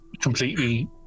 completely